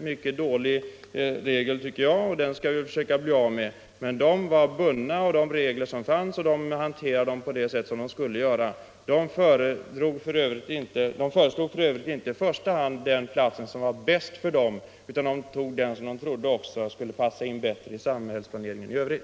mycket dåliga regler, som vi skall försöka bli av med. Men man var bunden av de regler som fanns och hanterade ärendet på rätt sätt. Militärerna föreslog f.ö. inte i första hand den plats som var bäst för dem utan den som de trodde skulle passa in också i samhällsplaneringen i övrigt.